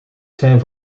zijn